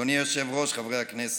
אדוני היושב-ראש, חברי הכנסת,